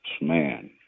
man